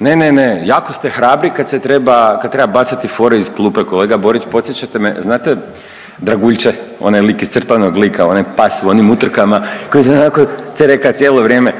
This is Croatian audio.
Ne, ne, ne, jako ste hrabri kad se treba, kad treba bacati fore iz klupe, kolega Borić, podsjećate me, znate Draguljče, onaj lik iz crtanog lika, onaj pas u onim utrkama koji onako cereka cijelo vrijeme,